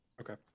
okay